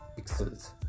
pixels